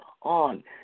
on